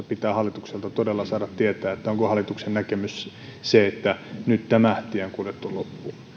pitää hallitukselta todella saada tietää onko hallituksen näkemys se että nyt tämä tie on kuljettu loppuun